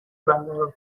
برقرار